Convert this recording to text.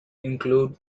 include